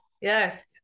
yes